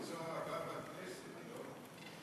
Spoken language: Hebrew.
"צהר" עבר בכנסת, לא?